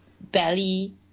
belly